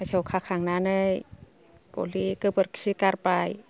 मोसौ खाखांनानै गलि गोबोरखि गारबाय